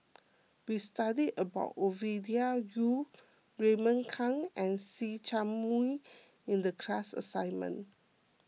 we studied about Ovidia Yu Raymond Kang and See Chak Mun in the class assignment